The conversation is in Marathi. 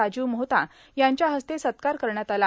राजीव मोहता यांच्या हस्ते सत्कार करण्यात आला